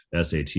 sat